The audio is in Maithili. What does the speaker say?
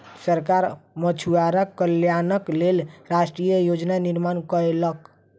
सरकार मछुआरा कल्याणक लेल राष्ट्रीय योजना निर्माण कयलक